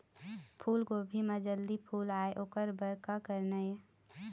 फूलगोभी म जल्दी फूल आय ओकर बर का करना ये?